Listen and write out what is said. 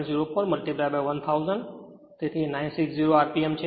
04 1000 તેથી 960 rpm છે